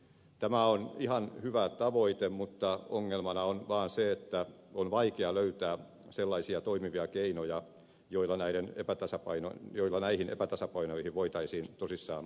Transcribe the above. tämä on ihan hyvä tavoite mutta ongelmana on vaan se että on vaikea löytää sellaisia toimivia keinoja joilla näihin epätasapainoihin voitaisiin tosissaan puuttua